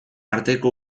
arteko